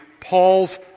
Paul's